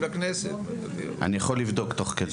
אני יכול לבדוק תוך כדי.